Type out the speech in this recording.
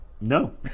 No